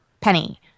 Penny